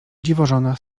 dziwożona